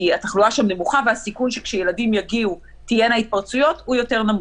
התחלואה שם נמוכה והסיכון שכשילדים יגיעו תהיינה התפרצויות הוא יותר נמוך.